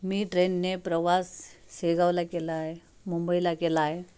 मी ट्रेनने प्रवास शेगावला केला आहे मुंबईला केला आहे